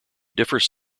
differs